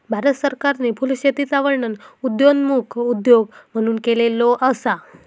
भारत सरकारने फुलशेतीचा वर्णन उदयोन्मुख उद्योग म्हणून केलेलो असा